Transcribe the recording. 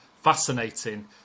fascinating